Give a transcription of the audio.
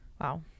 Wow